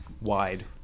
wide